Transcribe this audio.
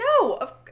No